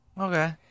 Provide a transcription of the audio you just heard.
Okay